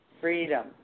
Freedom